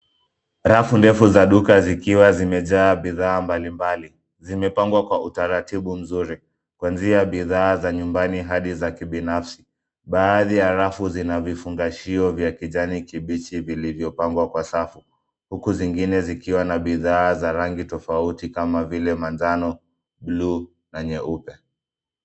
Rafu ndefu za duka zikiwa zimejaa bidhaa mbalimbali. Zimepangwa kwa utaratibu mzuri, kuanzia bidhaa za nyumbani hadi za kibinafsi. Baadhi rafu zina vifungashio vya kijani kibichi vilivyopangwa kwa safu. Huku zingine zikiwa na bidhaa za rangi tofauti kama vile manjano, blue na nyeupe.